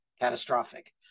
catastrophic